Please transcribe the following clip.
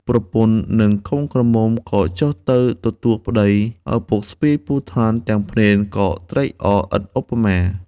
ប្រពន្ធនិងកូនក្រមុំក៏ចុះទៅទទួលប្ដី ឪពុកស្ពាយពស់ថ្លាន់ទាំងភ្នេនក៏ត្រេកអរឥតឧបមា។